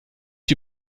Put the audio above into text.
die